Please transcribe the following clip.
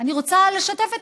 אני רוצה לשתף אתכם: